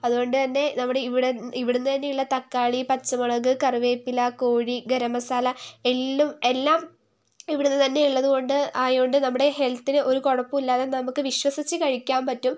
അതുകൊണ്ടുതന്നെ നമ്മുടെ ഇവിടെ ഇവിടെ നിന്ന് തന്നെയുള്ള തക്കാളി പച്ചമുളക് കറിവേപ്പില കോഴി ഗരം മസാല എള്ളും എല്ലാം ഇവിടെ നിന്ന് തന്നെ ഉള്ളതുകൊണ്ട് ആയതുകൊണ്ട് നമ്മുടെ ഹെൽത്തിനു ഒരു കുഴപ്പവും ഇല്ലാതെ നമുക്ക് വിശ്വസിച്ച് കഴിക്കാൻ പറ്റും